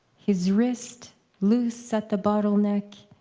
his wrist loose at the bottleneck,